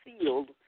sealed